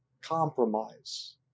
compromise